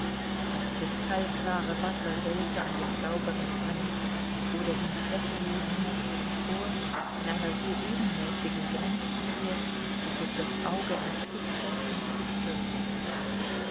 das kristallklare wasser wellte an dem sauberen granit oder dem fleckenlosen moos empor in einer so ebenmäßigen grenzlinie daß es das auge entzückte und bestürzte